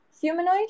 humanoid